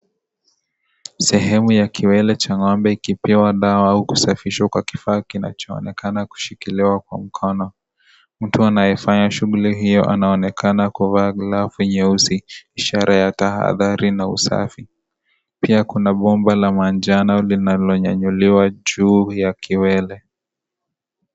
Sehemu ya kiwele cha ng'ombe ikipigwa dawa au kusafishwa kwa kifaa kinachoonekana kushikiliwa kwa mikono. Mtu anayefanya shughuli hiyo anaonekana kuvaa glavu nyeusi, sare ya tahadhali na usafi. Pia kuna bomba la manjano linalonyanyuliwa juu ya kiwele.